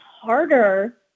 harder